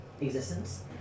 existence